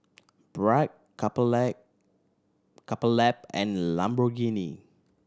Bragg Couple Couple Lab and Lamborghini